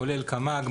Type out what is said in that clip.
כולל קמ"ג,